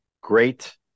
Great